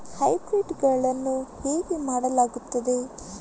Hybrid ಗಳನ್ನು ಹೇಗೆ ಮಾಡಲಾಗುತ್ತದೆ?